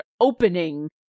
opening